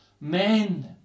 men